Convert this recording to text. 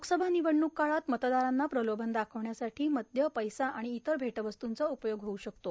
लोकसभा निवडणूक काळात मतदारांना प्रलोभन दार्खांवण्यासाठी मदय पैसा आर्गाण इतर भेटवस्तूंचा वापर होऊ शकतो